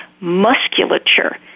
musculature